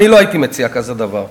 אני לא הייתי מציע כזה דבר.